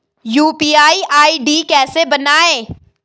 UPI ID कैसे बनायें?